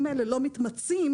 אני אקצר.